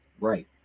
right